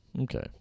Okay